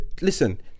listen